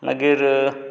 मागीर